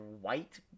white